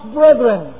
brethren